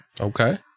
Okay